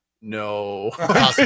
no